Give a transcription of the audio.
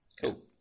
Cool